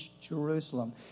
Jerusalem